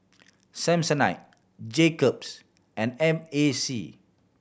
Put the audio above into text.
Samsonite Jacob's and M A C